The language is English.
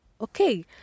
okay